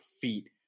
feet